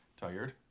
Tired